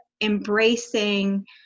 embracing